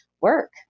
work